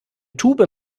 tube